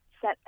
set